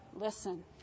Listen